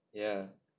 ya